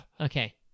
Okay